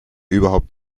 überhaupt